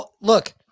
look